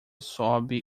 sob